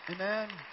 Amen